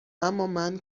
امامن